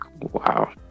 Wow